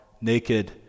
naked